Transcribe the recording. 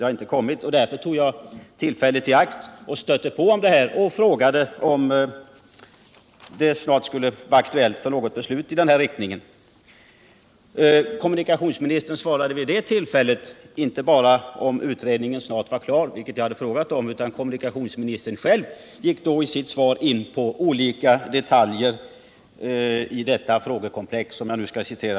Eftersom förslaget inte kommit tog jag tillfället i akt att stöta på om det och frågade om det snart skulle bli aktuellt med något beslut i den riktningen. Kommunikationsministern svarade mig vid det tillfället inte bara att utredningen snart var klar — vilket jag hade frågat om — utan han gick då också i sitt svar själv in på olika detaljer i detta frågekomplex.